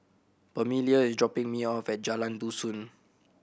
Permelia is dropping me off at Jalan Dusun